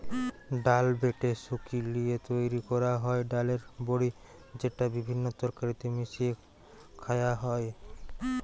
ডাল বেটে শুকি লিয়ে তৈরি কোরা হয় ডালের বড়ি যেটা বিভিন্ন তরকারিতে মিশিয়ে খায়া হয়